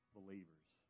believers